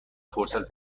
فرصت